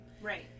Right